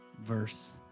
verse